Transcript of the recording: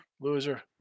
loser